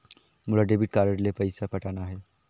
मोला debit card ले पइसा पटाना हे?